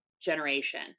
generation